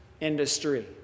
industry